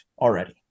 already